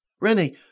Rennie